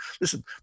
listen